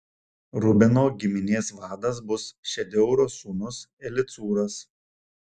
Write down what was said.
rubeno giminės vadas bus šedeūro sūnus elicūras